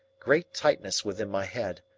great tightness within my head,